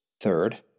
Third